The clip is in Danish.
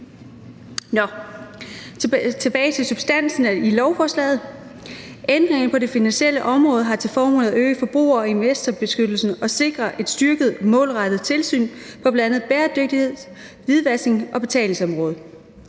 af. Tilbage til substansen i lovforslaget. Ændringerne på det finansielle område har til formål at øge forbruger- og investorbeskyttelsen og sikre et styrket målrettet tilsyn på bl.a. bæredygtigheds-, hvidvasknings- og betalingsområdet.